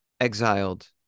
exiled